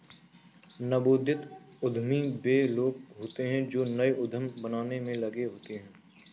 नवोदित उद्यमी वे लोग होते हैं जो नए उद्यम बनाने में लगे होते हैं